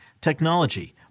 technology